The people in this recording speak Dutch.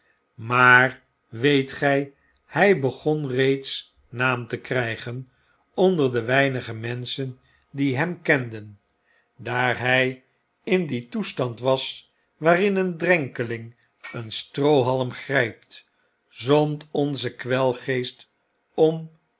maar weet gij hij begon reeds naam te krijgen onder de weinige menschen die hem kenden daar hij in dien toestand was waarin een drenkeling een stroohalm grijpt zond onze kwelgeest om